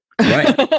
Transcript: Right